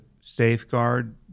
safeguard